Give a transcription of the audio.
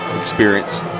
experience